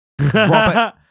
Robert